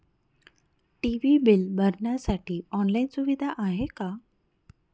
TV bill भरण्यासाठी online सुविधा आहे का?